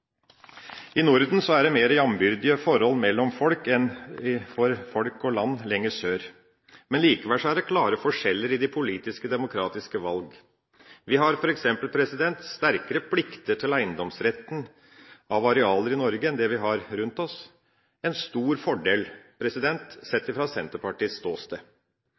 I Norden er det mer jambyrdige forhold mellom folk enn det er for folk og land lenger sør. Likevel er det klare forskjeller i de politiske demokratiske valg. Vi har f.eks. sterkere plikter til eiendomsretten av arealer i Norge enn det man har rundt oss – en stor fordel, sett fra Senterpartiets ståsted.